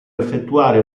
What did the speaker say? effettuare